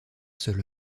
seul